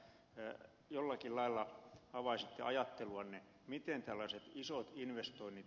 toivoisin että jollakin lailla avaisitte ajatteluanne miten tällaiset isot investoinnit